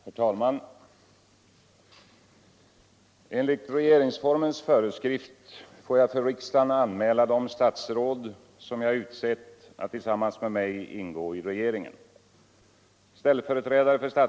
Ferr talman! Enligt regeringsformens föreskrift får jag för riksdagen anmäla de statsråd som jag utsett att tillsammans med mig ingå i regeringen.